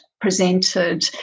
presented